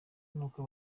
n’uko